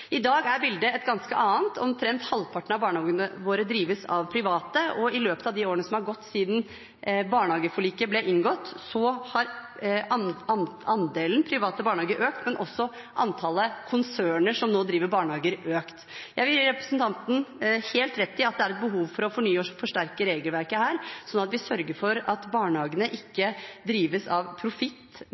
I dag er bildet et ganske annet. Omtrent halvparten av barnehagene våre drives av private, og i løpet av årene som er gått siden barnehageforliket ble inngått, har andelen private barnehager økt, og antallet konserner som nå driver barnehager, har også økt. Jeg vil gi representanten helt rett i at det er behov for å fornye og forsterke regelverket her, sånn at vi sørger for at barnehagene ikke drives av profitt,